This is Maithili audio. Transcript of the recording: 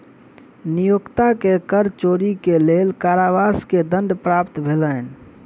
नियोक्ता के कर चोरी के लेल कारावास के दंड प्राप्त भेलैन